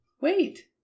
Wait